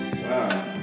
Wow